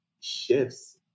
shifts